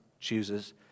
Chooses